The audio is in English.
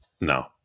No